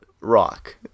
rock